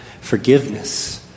forgiveness